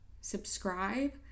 subscribe